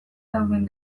dauden